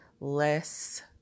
less